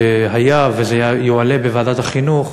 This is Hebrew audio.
שהיה וזה יועלה בוועדת החינוך,